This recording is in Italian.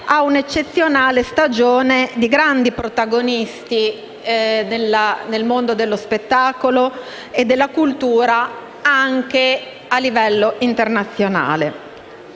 a un'eccezionale stagione di grandi protagonisti nel mondo dello spettacolo e della cultura, anche a livello internazionale.